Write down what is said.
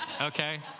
Okay